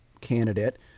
candidate